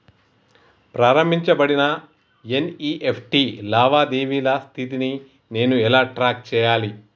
ప్రారంభించబడిన ఎన్.ఇ.ఎఫ్.టి లావాదేవీల స్థితిని నేను ఎలా ట్రాక్ చేయాలి?